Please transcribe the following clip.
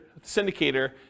syndicator